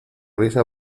risa